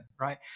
right